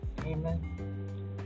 Amen